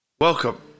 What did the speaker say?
Welcome